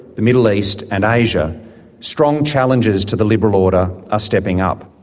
the middle east and asia strong challengers to the liberal order are stepping up.